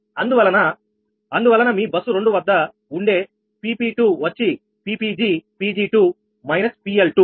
అందువలన అందువలన మీ బస్సు రెండు వద్ద ఉండే P𝑃2 వచ్చి 𝑃𝑃𝑔 𝑃𝑔2 − 𝑃𝐿2